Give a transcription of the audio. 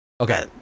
Okay